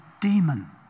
demon